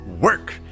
work